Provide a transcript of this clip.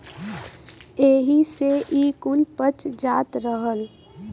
एही से ई कुल पच जात रहल